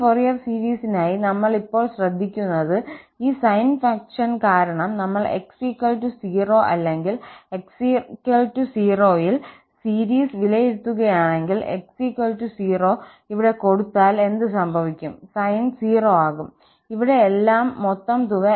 ഈ ഫോറിയർ സീരീസിനായി നമ്മൾ ഇപ്പോൾ ശ്രദ്ധിക്കുന്നത് ഈ സൈൻ ഫംഗ്ഷൻ കാരണം നമ്മൾ x 0 അല്ലെങ്കിൽ x 0 ൽ സീരീസ് വിലയിരുത്തുകയാണെങ്കിൽ x 0 ഇവിടെ കൊടുത്താൽ എന്ത് സംഭവിക്കും സൈൻ 0 ആകും ഇവിടെ എല്ലാം മൊത്തം തുക x 0 ൽ 0 ആകും